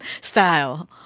style